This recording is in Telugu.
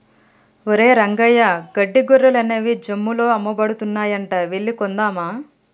ఒరేయ్ రంగయ్య గడ్డి గొర్రెలు అనేవి జమ్ముల్లో అమ్మబడుతున్నాయంట వెళ్లి కొందామా